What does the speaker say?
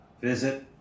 Visit